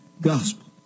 gospel